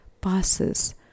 passes